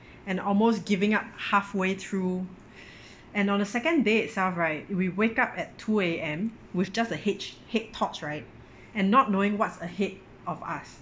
and almost giving up halfway through and on the second day itself right we wake up at two A_M with just a head head torch right and not knowing what's ahead of us